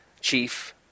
chief